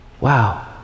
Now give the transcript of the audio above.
Wow